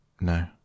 No